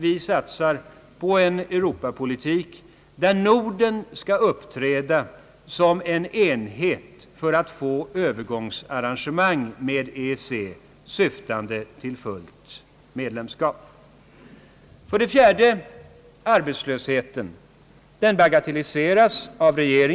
Vi satsar på en Europapolitik där Norden skall uppträda som en enhet för att få övergångsarrangemang med EEC, syftande till fullt medlemsskap. 4) Regeringen bagatelliserar arbetslösheten.